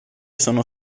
sono